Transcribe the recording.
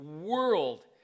world